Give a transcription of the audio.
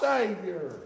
Savior